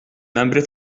membri